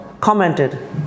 commented